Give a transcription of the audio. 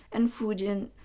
and fujin,